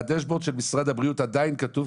בדשבורד של משרד הבריאות עדיין כתוב,